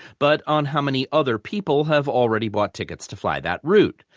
but on how many other people have already bought tickets to fly that route,